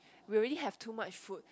we already have too much food